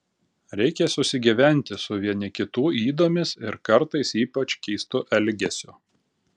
reikia susigyventi su vieni kitų ydomis ir kartais ypač keistu elgesiu